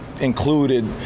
included